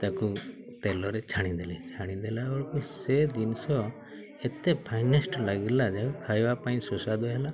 ତାକୁ ତେଲରେ ଛାଣିଦେଲି ଛାଣି ଦେଲାବେଳକୁ ସେ ଜିନିଷ ଏତେ ଫାଇନିଷ୍ଟ୍ ଲାଗିଲା ଯେ ଖାଇବା ପାଇଁ ସୁସ୍ଵାଦୁ ହେଲା